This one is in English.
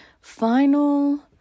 final